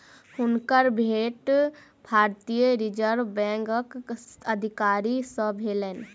हुनकर भेंट भारतीय रिज़र्व बैंकक अधिकारी सॅ भेलैन